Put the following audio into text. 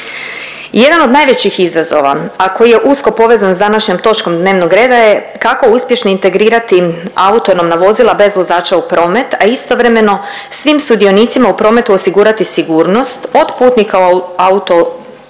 Jedan od najvećih izazova a koji je usko povezan s današnjom točkom dnevnog reda je kako uspješno integrirati autonomna vozila bez vozača u promet, a istovremeno svim sudionicima u prometu osigurati sigurnost od putnika u